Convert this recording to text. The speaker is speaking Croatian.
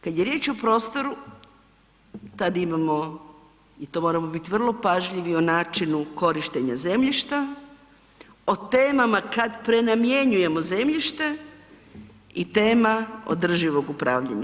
Kad je riječ o prostoru tad imamo i to moramo biti vrlo pažljivi o načinu korištenja zemljišta, o temama kad prenamjenjujemo zemljište i tema održivog upravljanja.